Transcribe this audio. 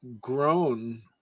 grown